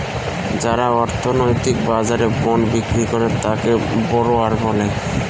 যারা অর্থনৈতিক বাজারে বন্ড বিক্রি করে তাকে বড়োয়ার বলে